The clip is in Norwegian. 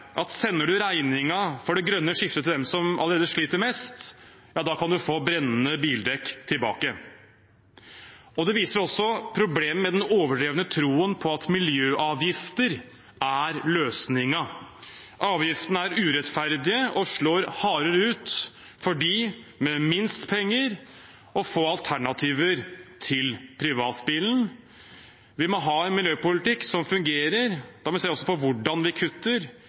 at sender du regningen for det grønne skiftet til dem som allerede sliter mest – ja, da kan du få brennende bildekk tilbake. Det viser også problemet med den overdrevne troen på at miljøavgifter er løsningen. Avgiftene er urettferdige og slår hardere ut for dem med minst penger og få alternativer til privatbilen. Vi må ha en miljøpolitikk som fungerer. Da må vi også se på hvordan vi kutter,